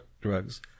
drugs